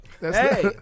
Hey